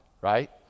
right